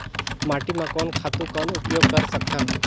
माटी म कोन खातु कौन उपयोग कर सकथन?